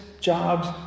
jobs